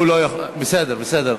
אדוני היושב-ראש,